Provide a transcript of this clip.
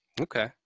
Okay